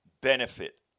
benefit